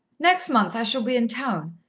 next month i shall be in town.